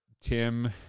Tim